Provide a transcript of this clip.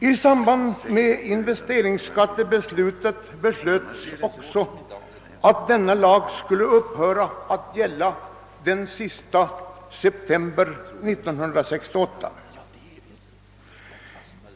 I samband med investeringsskattebeslutet beslöts också att förordningen skulle upphöra att gälla den 1 oktober 1968.